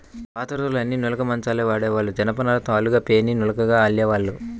పాతరోజుల్లో అన్నీ నులక మంచాలే వాడేవాళ్ళు, జనపనారను తాళ్ళుగా పేని నులకగా అల్లేవాళ్ళు